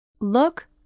Look